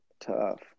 tough